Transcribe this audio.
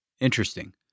Interesting